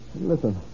Listen